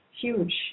huge